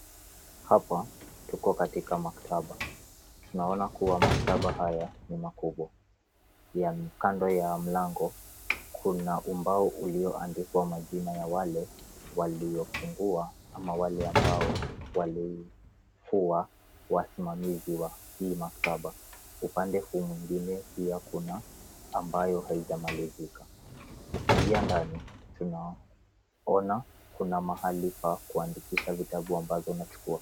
Hapa, tuko katika maktaba. Tunaona kuwa maktaba haya, ni makubwa. Yaani kando ya mlango, kuna umbao ulioandikwa majina ya wale, waliofungua, ama wale ambao walikuwa, wasimamizi wa hii maktaba. Upande huu mwingine pia kuna, ambayo haijamalizika. Ukiingia ndani, tunaona kuna mahali pa kuandikisha vitabu ambazo unachukua.